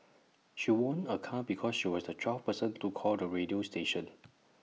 she won A car because she was the twelfth person to call the radio station